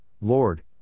Lord